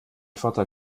vorteil